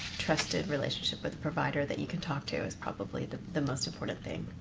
trusted relationship with a provider that you can talk to is probably the the most important thing.